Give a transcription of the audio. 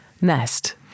nest